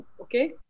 okay